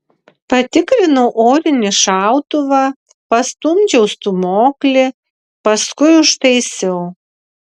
patikrinau orinį šautuvą pastumdžiau stūmoklį paskui užtaisiau